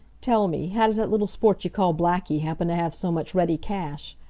tell me, how does that little sport you call blackie happen to have so much ready cash?